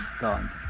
done